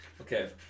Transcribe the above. Okay